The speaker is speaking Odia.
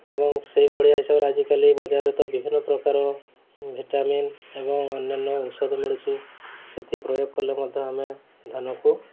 ଏବଂ ସେଇଭଳିଆ ହିସାବରେ ଆଜିକାଲି ବଜାରରେ ତ ବିଭିନ୍ନ ପ୍ରକାର ଭିଟାମିନ୍ ଏବଂ ଅନ୍ୟାନ୍ୟ ଔଷଧ ମିଳୁଛି ସେଇଠି ପ୍ରୟୋଗ କଲେ ମଧ୍ୟ ଆମେ ଧାନକୁ